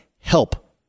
help